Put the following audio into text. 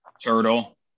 turtle